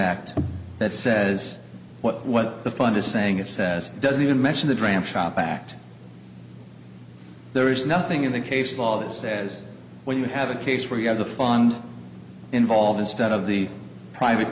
act that says what what the fund is saying it says doesn't even mention the dram shop act there is nothing in the case law that says when you have a case where you have the fund involved instead of the private